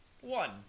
One